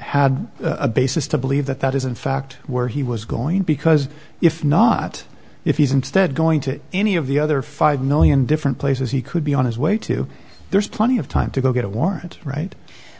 had a basis to believe that that is in fact where he was going because if not if he's instead going to any of the other five million different places he could be on his way to there's plenty of time to go get a warrant right